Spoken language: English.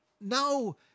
no